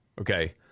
Okay